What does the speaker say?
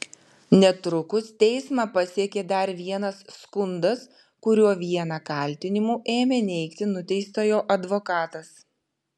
netrukus teismą pasiekė dar vienas skundas kuriuo vieną kaltinimų ėmė neigti nuteistojo advokatas